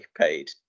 paid